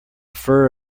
fur